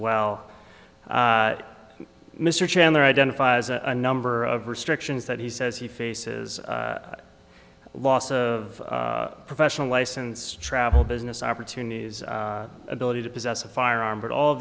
well mr chandler identifies a number of restrictions that he says he faces loss of professional license travel business opportunities ability to possess a firearm but all